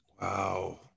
Wow